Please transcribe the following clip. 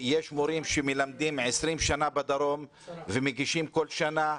יש מורים שמלמדים 20 שנה בדרום ומגישים כל שנה.